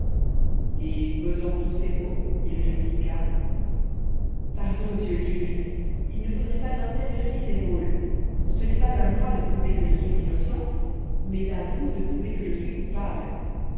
et pesant tous ses mots il répliqua pardon monsieur le juge il ne faudrait pas intervertir les rôles ce n'est pas à moi de prouver que je suis innocent mais à vous de prouver que je suis coupable